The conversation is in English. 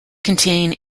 contain